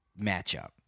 matchup